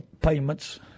payments